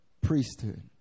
priesthood